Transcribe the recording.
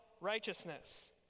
righteousness